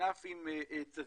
ענף עם --- יתר,